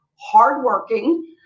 hardworking